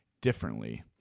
differently